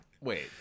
Wait